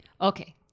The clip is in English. Okay